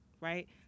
right